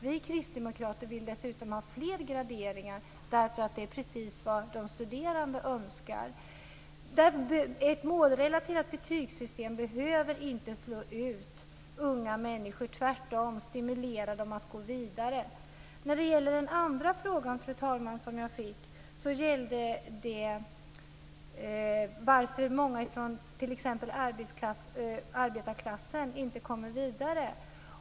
Vi kristdemokrater vill dessutom ha fler graderingar, därför att det är precis vad de studerande önskar. Ett målrelaterat betygssystem behöver inte slå ut unga människor, utan kan tvärtom stimulera dem att gå vidare. Den andra frågan jag fick gällde varför många från t.ex. arbetarklassen inte kommer vidare.